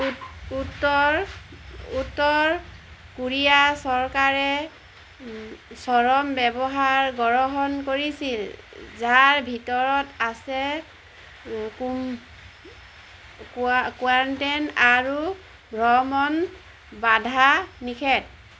উত্তৰ উত্তৰ কোৰিয়া চৰকাৰে চৰম ব্যৱহাৰ গ্ৰহণ কৰিছিল যাৰ ভিতৰত আছে কোৱাৰেন্টাইন আৰু ভ্ৰমণ বাধা নিষেধ